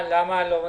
למה לא מצליחים?